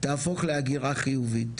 תהפוך להגירה חיובית,